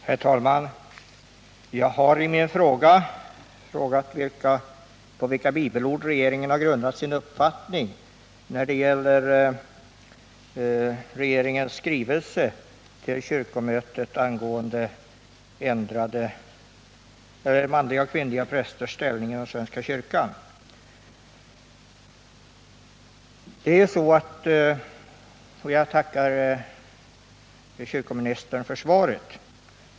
Herr talman! Jag har frågat på vilka bibelord regeringen har grundat sin uppfattning i sin skrivelse till kyrkomötet i fråga om manliga och kvinnliga prästers ställning i svenska kyrkan. Jag tackar kyrkoministern för svaret.